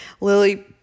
lily